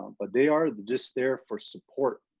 um but they are the just there for support.